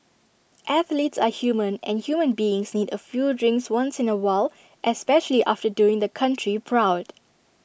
athletes are human and human beings need A few drinks once in A while especially after doing the country proud